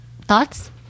Thoughts